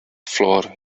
floor